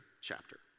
chapter